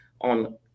on